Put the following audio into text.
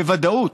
בוודאות